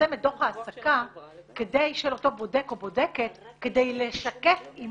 לפרסם את דוח העסקה של אותו בודק או בודקת כדי לשקף אם